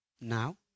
Now